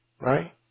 right